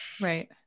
Right